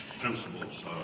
principles